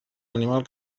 animal